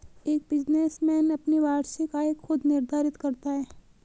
एक बिजनेसमैन अपनी वार्षिक आय खुद निर्धारित करता है